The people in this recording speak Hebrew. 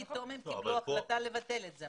פתאום הם קיבלו החלטה לבטל את זה,